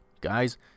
guys